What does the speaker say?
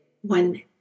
one